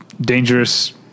dangerous